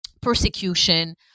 persecution